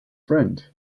friend